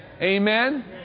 Amen